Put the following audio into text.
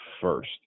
first